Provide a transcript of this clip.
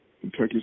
Kentucky